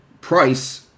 price